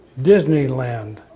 Disneyland